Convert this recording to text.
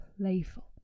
playful